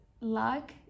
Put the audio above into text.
luck